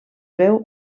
veu